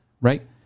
Right